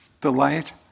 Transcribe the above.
delight